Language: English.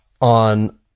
on